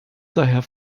daher